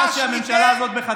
למה אתה לא ממצה את הפוטנציאל שלך?